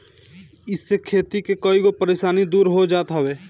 इसे खेती के कईगो परेशानी दूर हो जात हवे